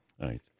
right